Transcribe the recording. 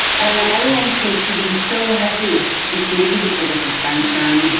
i don't know everyone seems to be so happy, it's maybe because of the sunshine, and